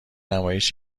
نمایش